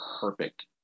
perfect